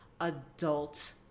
adult